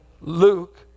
Luke